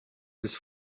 was